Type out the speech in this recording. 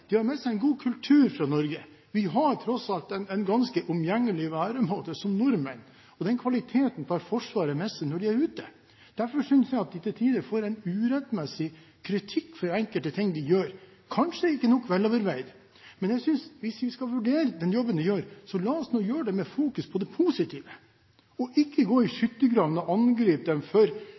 de har med seg en god kultur fra Norge. Vi har tross alt en ganske omgjengelig væremåte som nordmenn, og den kvaliteten tar Forsvaret med seg når de er ute. Derfor synes jeg at de til tider får en urettmessig kritikk for enkelte ting de gjør, kanskje ikke nok veloverveid. Men hvis vi skal vurdere den jobben de gjør, la oss nå gjøre det med fokus på det positive og ikke gå i skyttergraven og angripe dem eventuelt for